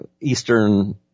Eastern